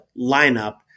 lineup